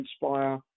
inspire